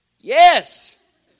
Yes